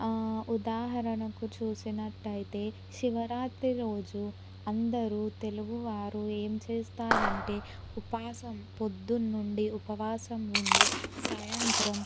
ఉదాహరణకు చూసినట్లయితే శివరాత్రి రోజు అందరూ తెలుగువారు ఏం చేస్తారంటే ఉపవాసం పొద్దున్న నుండి ఉపవాసం ఉండి సాయంత్రం